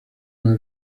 nueva